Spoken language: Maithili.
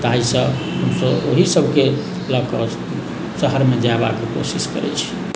ताहिसँ हमसभ ओही सभके लऽ कऽ शहरमे जयबाक कोशिश करैत छी